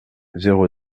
zéro